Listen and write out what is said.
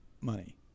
money